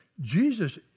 Jesus